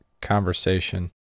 conversation